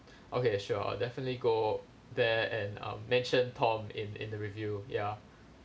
okay sure I'll definitely go there and um mention tom in in the review ya